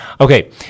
Okay